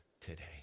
today